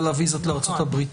על הוויזות לארצות הברית,